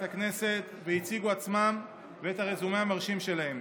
הכנסת והציגו עצמם ואת הרזומה המרשים שלהם.